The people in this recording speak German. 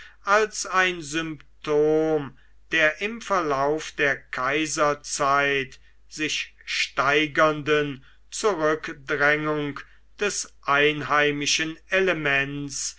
als ein symptom der im verlauf der kaiserzeit sich steigernden zurückdrängung des einheimischen elements